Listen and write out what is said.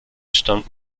stand